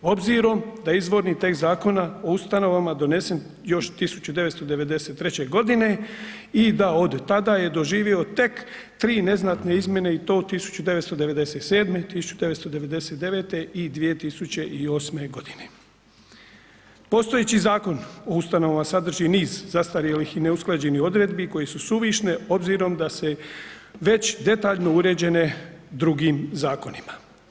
Obzirom da je izvorni tekst Zakona o ustanovama donesen još 1993.g. i da od tada je doživio tek 3 neznatne izmjene i to 1997., 1999. i 2008.g. Postojeći Zakon o ustanovama sadrži niz zastarjelih i neusklađenih odredbi koje su suvišne obzirom da se već detaljno uređene drugim zakonima.